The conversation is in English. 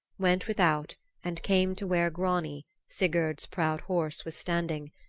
went without and came to where grani, sigurd's proud horse, was standing.